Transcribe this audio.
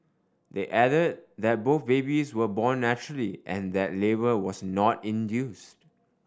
they added that both babies were born naturally and that labour was not induced